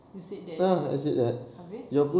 you said that okay